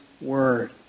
word